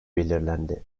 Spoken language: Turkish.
belirlendi